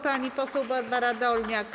Pani poseł Barbara Dolniak.